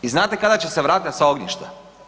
I znate kada će se vratiti sa ognjišta?